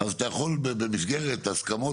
אז אתה יכול במסגרת הסכמות